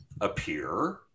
appear